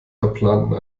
verplanten